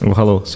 hello